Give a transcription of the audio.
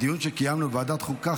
בדיון שקיימנו בוועדת החוקה,